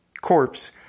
corpse